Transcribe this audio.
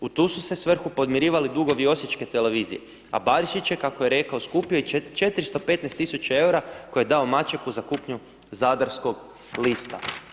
U tu su se svrhu podmirivali dugovi osječke televizije a Barišić je kako je rekao skupio i 415 tisuća eura koje je dao Mačeku za kupnju Zadarskog lista.